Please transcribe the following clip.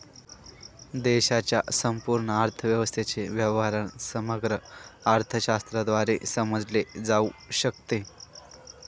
देशाच्या संपूर्ण अर्थव्यवस्थेच्या व्यवहारांना समग्र अर्थशास्त्राद्वारे समजले जाऊ शकते